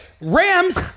Rams